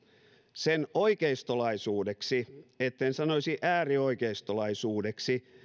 sen oikeistolaisuudeksi etten sanoisi äärioikeistolaisuudeksi